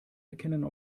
erkennen